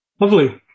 Lovely